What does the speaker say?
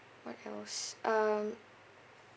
what else um